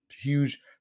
huge